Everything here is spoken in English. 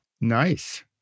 Nice